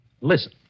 Listen